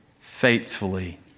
Faithfully